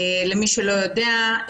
מי שלא יודע,